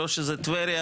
לא שזה טבריה.